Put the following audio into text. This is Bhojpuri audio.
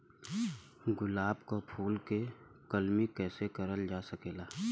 गुलाब क फूल के कलमी कैसे करल जा सकेला?